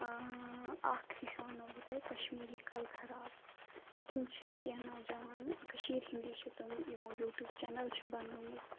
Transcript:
اَکھ ہِش وَنو بہٕ تۄہہِ کَشمیٖری کَلہٕ خرابٕس تِم چھِ کیٚنٛہہ نوجوان کٔشیٖر ہِنٛدی چھِ تم یِمو یوٗٹیوٗب چَنَل چھِ بَنٲومٕژ